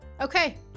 Okay